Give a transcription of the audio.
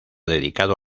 dedicado